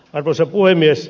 arvoisa puhemies